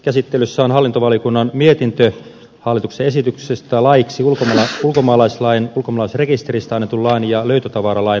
käsittelyssä on hallintovaliokunnan mietintö hallituksen esityksestä laeiksi ulkomaalaislain ulkomaalaisrekisteristä annetun lain ja löytötavaralain muuttamisesta